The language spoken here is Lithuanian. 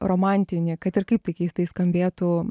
romantinį kad ir kaip tai keistai skambėtų